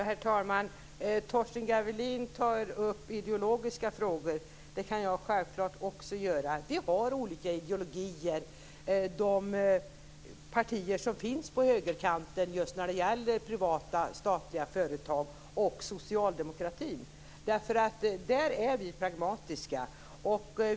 Herr talman! Torsten Gavelin tar upp ideologiska frågor. Det kan jag självklart också göra. De partier som finns på högerkanten och socialdemokratin har olika ideologier när det gäller privata och statliga företag. På den punkten är vi nämligen pragmatiska.